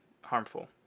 harmful